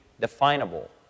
definable